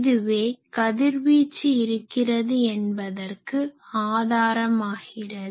இதுவே கதிர்வீச்சு இருக்கிறது என்பதற்கு ஆதாரமாகறது